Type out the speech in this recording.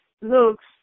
looks